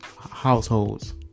households